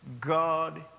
God